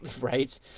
Right